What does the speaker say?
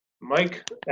Mike